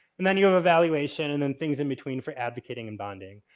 and then you have evaluation and then things in between for advocating and bonding.